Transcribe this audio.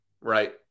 right